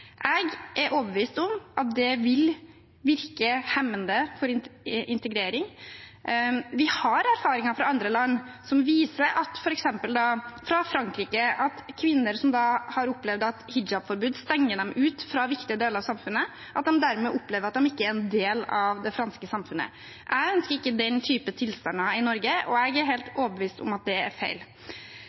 Jeg er overbevist om at det vil virke hemmende for integreringen. Vi har erfaringer fra andre land, f.eks. Frankrike, som viser at kvinner har opplevd at hijabforbud stenger dem ute fra viktige deler av samfunnet, og at de derved opplever at de ikke er en del av det franske samfunnet. Jeg ønsker ikke den typen tilstander i Norge, og jeg er helt overbevist om at det er feil.